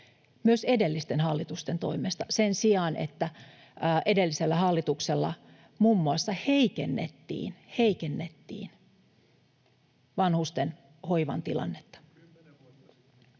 myös edellisten hallitusten toimesta, sen sijaan, että edellisessä hallituksessa muun muassa heikennettiin — heikennettiin — vanhustenhoivan tilannetta.